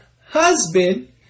husband